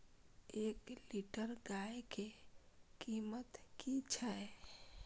एक लीटर गाय के कीमत कि छै?